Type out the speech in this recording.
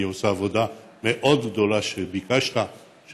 כי היא עושה עבודה גדולה מאוד שביקשת שתיעשה,